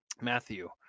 Matthew